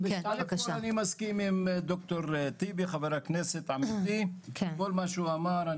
קודם כל אני מסכים עם ד"ר טיבי וחבר הכנסת בכל מה שהוא אמר.